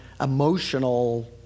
emotional